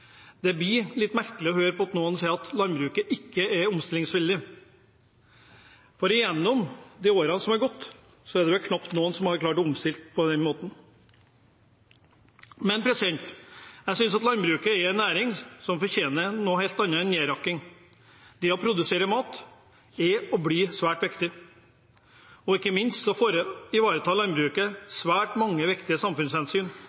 Det blir litt merkelig å høre noen si at landbruket ikke er omstillingsvillig. I årene som har gått, er det knapt noen næring som har klart å omstille seg på den måten. Jeg synes at landbruket er en næring som fortjener noe helt annet enn nedrakking. Det å produsere mat er og blir svært viktig. Ikke minst ivaretar landbruket svært mange viktige samfunnshensyn,